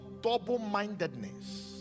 double-mindedness